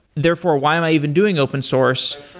therefore, why am i even doing open source?